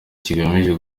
kigamije